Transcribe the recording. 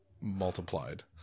multiplied